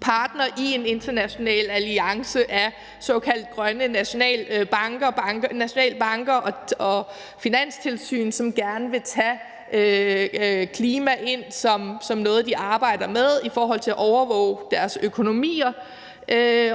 partner i en international alliance af såkaldte grønne nationalbanker og finanstilsyn, som gerne vil tage klima ind som noget, de arbejder med i forhold til at overvåge deres økonomier,